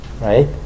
Right